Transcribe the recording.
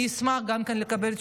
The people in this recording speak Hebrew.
אני אשמח גם לקבל תשובות,